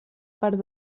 part